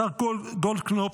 השר גולדקנופ,